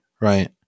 Right